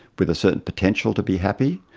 with a certain potential to be happy?